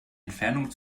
entfernung